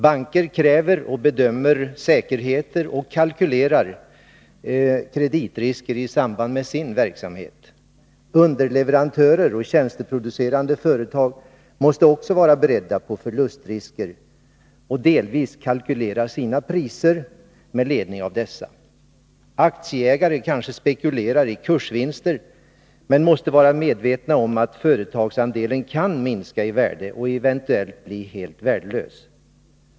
Banker kräver och bedömer säkerheter och kalkylerar kreditrisker i samband med sin verksamhet. Underleverantörer och tjänsteproducerande företag måste också vara beredda på förlustrisker och delvis kalkylera sina priser med ledning av dessa. Aktieägare kanske spekulerar i kursvinster men måste vara medvetna om att företagsandelen kan minska i värde och eventuellt bli helt värdelös.